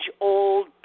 old